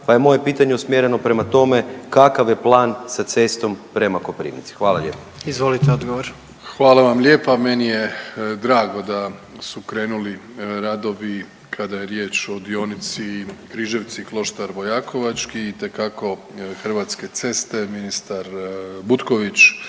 pa je moje pitanje usmjereno prema tome kakav je plan sa cestom prema Koprivnici? Hvala lijepo. **Jandroković, Gordan (HDZ)** Izvolite odgovor. **Plenković, Andrej (HDZ)** Hvala vam lijepa. Meni je drago da su krenuli radovi kada je riječ o dionici Križevci – Kloštar Vojakovački. Itekako jer Hrvatske ceste, ministar Butković